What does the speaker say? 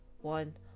One